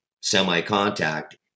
semi-contact